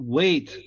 wait